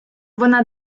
вона